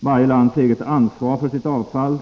varje lands eget ansvar för sitt avfall.